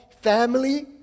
family